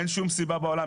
אין שום סיבה בעולם,